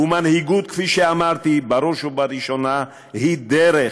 ומנהיגות, כפי שאמרתי, בראש ובראשונה היא דרך,